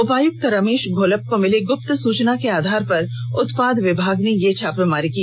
उपायक्त रमेश घोलप को ॅमिली गुप्त सुचना के आधार पर उत्पाद विभाग ने यह छापेमारी की